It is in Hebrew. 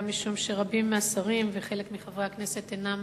גם משום שרבים מהשרים וחלק מחברי הכנסת אינם